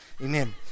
Amen